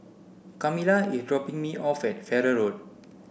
Kamilah is dropping me off at Farrer Road